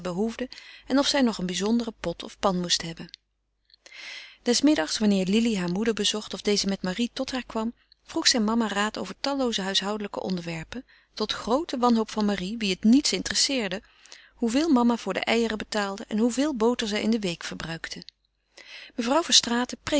en of zij nog een bijzondere pot of pan moest hebben des middags wanneer lili haar moeder bezocht of deze met marie tot haar kwam vroeg zij mama raad over tallooze huishoudelijke onderwerpen tot groote wanhoop van marie wie het niets interesseerde hoeveel mama voor de eieren betaalde en hoeveel boter zij in de week verbruikte mevrouw verstraeten